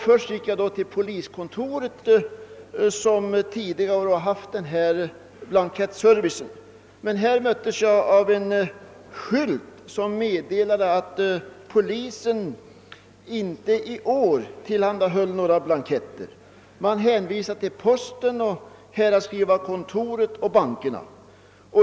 Först gick jag till poliskontoret, som tidigare haft denna blankettservice, men där möttes jag av en skylt som meddelade att polisen i år inte tillhandahöll några blanketter. Man hänvisade till posten, häradsskrivarkontoret och bankerna.